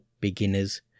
beginners